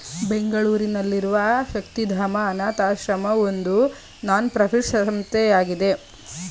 ಬೆಂಗಳೂರಿನಲ್ಲಿರುವ ಶಕ್ತಿಧಾಮ ಅನಾಥಶ್ರಮ ಒಂದು ನಾನ್ ಪ್ರಫಿಟ್ ಸಂಸ್ಥೆಯಾಗಿದೆ